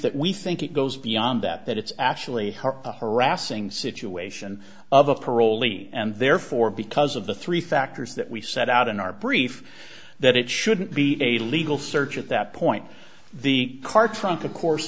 that we think it goes beyond that that it's actually a harassing situation of a parolee and therefore because of the three factors that we set out in our brief that it shouldn't be a legal search at that point the car trunk of course